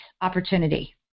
opportunity